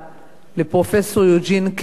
לפרופסור יוג'ין קנדל,